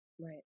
right